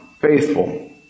faithful